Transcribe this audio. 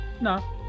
No